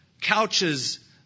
couches